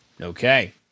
Okay